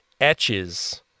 etches